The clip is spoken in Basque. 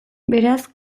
beraz